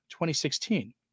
2016